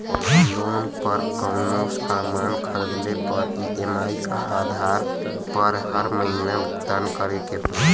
loan पर कउनो सामान खरीदले पर ई.एम.आई क आधार पर हर महीना भुगतान करे के होला